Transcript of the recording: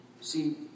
See